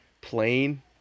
plain